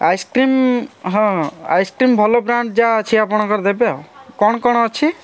ice cream ହଁ ice cream ଭଲ brand ଯାହା ଅଛି ଆପଣଙ୍କର ଦେବେ ଆଉ କ'ଣ କ'ଣ ଅଛି